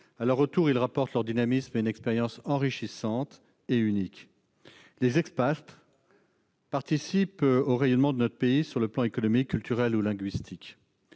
à leur retour, ils nous rapportent leur dynamisme et une expérience enrichissante et unique : les « expats » participent au rayonnement de notre pays sur le plan économique, culturel, ou linguistique.